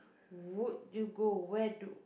would you go where do